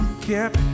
kept